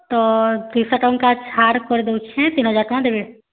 ତ ଦୁଇଶହ ଟଙ୍କା ଛାଡ଼୍ କରିଦଉଛେଁ ତିନ୍ ହଜାର୍ ଟଙ୍କା ଦେବେ